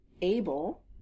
able